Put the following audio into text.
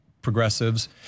progressives